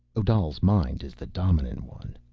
odal's mind is the dominant one.